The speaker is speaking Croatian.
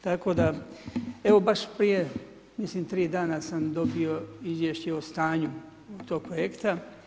Tako da, evo baš prije, mislim 3 dana sam dobio izvješće o stanju tog projekta.